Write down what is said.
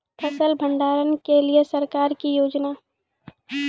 फसल भंडारण के लिए सरकार की योजना?